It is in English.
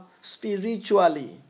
spiritually